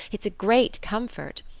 it's a great comfort.